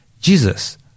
Jesus